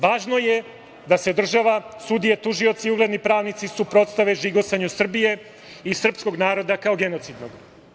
Važno je da se država, sudije, tužioci i ugledni pravnici suprotstave žigosanju Srbije i srpskog naroda kao genocidnog.